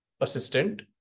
assistant